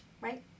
right